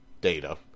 Data